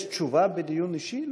יש תשובה בדיון אישי?